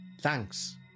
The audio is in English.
thanks